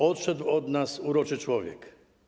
Odszedł od nas uroczy człowiek.